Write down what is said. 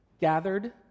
gathered